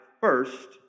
first